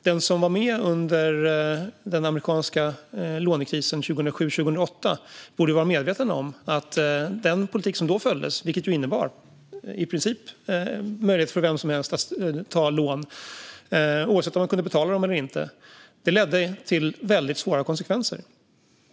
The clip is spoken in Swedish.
Den som var med under den amerikanska lånekrisen 2007-2008 borde vara medveten om att den politik som då fördes och som i princip innebar möjlighet för vem som helst att ta lån, oavsett om man kunde betala dem eller inte, ledde till väldigt svåra konsekvenser.